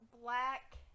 black